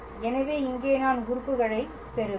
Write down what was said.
எனவே இங்கே நான் உறுப்புகளை பெறுவேன்